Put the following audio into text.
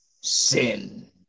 Sin